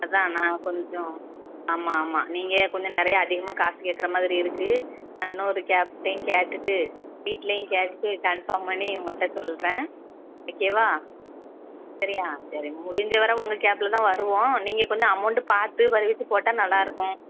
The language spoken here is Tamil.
அதுதான் நான் கொஞ்சம் ஆமாம் ஆமாம் நீங்கள் கொஞ்சம் நிறையா அதிகமாக காசு கேட்குற மாதிரி இருக்குது நான் இன்னொரு கேப்ட்டையும் கேட்டுவிட்டு வீட்டிலையும் கேட்டுவிட்டு கன்ஃபார்ம் பண்ணி உங்கள்கிட்ட சொல்கிறேன் ஓகேவா சரியா சரி முடிஞ்ச வரை உங்கள் கேபில்தான் வருவோம் நீங்கள் கொஞ்சம் அமௌண்டு பார்த்து கொறைச்சு போட்டால் நல்லாயிருக்கும்